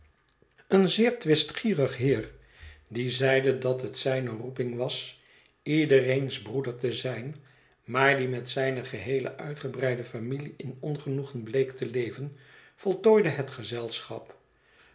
een zeer twistgierig heer die zeide dat het zijne roeping was iedereens broeder te zijn maar die met zijne geheele uitgebreide familie in ongenoegen bleek te leven voltooide het gezelschap